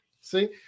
See